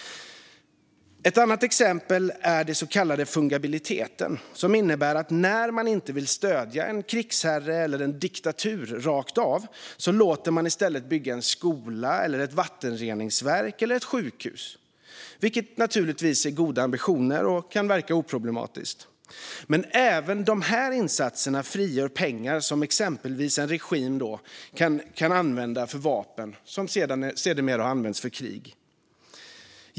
Ett annat exempel är den så kallade fungibiliteten som innebär att när man inte vill stödja en krigsherre eller en diktatur rakt av låter man i stället bygga en skola, ett vattenreningsverk, eller ett sjukhus. Det är naturligtvis goda ambitioner och kan verka oproblematiskt. Men även de insatserna frigör pengar som exempelvis en regim kan använda för vapen som sedermera används för krig.